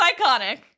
iconic